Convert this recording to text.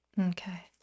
okay